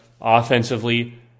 offensively